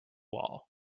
wall